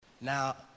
Now